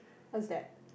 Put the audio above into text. what is that